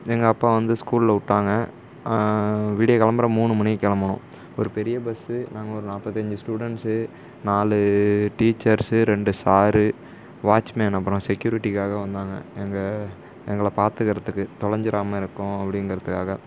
எங்கள் அப்பா வந்து ஸ்கூலில் விட்டாங்க விடியகாலம்பற மூணு மணிக்கு கிளம்புனோம் ஒரு பெரிய பஸ்ஸு நாங்கள் ஒரு நாற்பத்தஞ்சு ஸ்டூடண்ட்ஸு நாலு டீச்சர்ஸு ரெண்டு சாரு வாட்ச்மேன் அப்புறம் செக்யூரிட்டிக்காக வந்தாங்க எங்கள எங்களை பாத்துக்கிறதுக்கு தொலஞ்சுடாம இருக்கும் அப்படிங்கிறதுக்காக